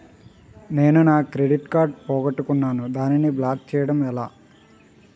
నేను నా credit card పోగొట్టుకున్నాను దానిని బ్లాక్ చేయడం ఎలా?